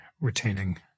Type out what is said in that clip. retaining